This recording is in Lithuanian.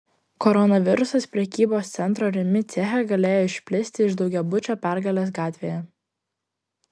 koronavirusas prekybos centro rimi ceche galėjo išplisti iš daugiabučio pergalės gatvėje